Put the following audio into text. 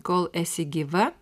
kol esi gyva